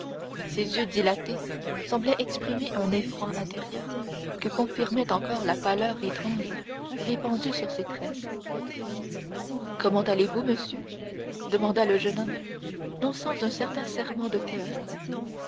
ses yeux dilatés semblaient exprimer un effroi intérieur que confirmait encore la pâleur étrange répandue sur ses traits comment allez-vous monsieur demanda le jeune homme non sans un certain serrement de coeur